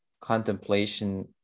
contemplation